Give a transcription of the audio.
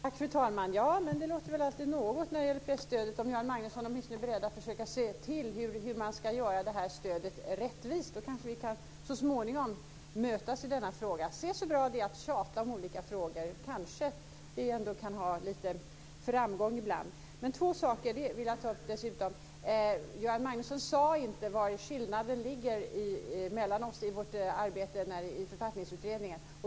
Fru talman! Ja, men det låter väl alltid något när det gäller presstödet, om Göran Magnusson åtminstone är beredd att försöka se till hur man ska göra det här stödet rättvist. Då kanske vi så småningom kan mötas i denna fråga. Se så bra det är att tjata om olika frågor! Kanske vi ändå kan ha lite framgång ibland. Men två saker vill jag ta upp dessutom. Göran Magnusson sade inte vari skillnaden ligger mellan oss i vårt arbete i Författningsutredningen.